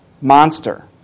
monster